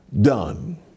done